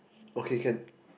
okay can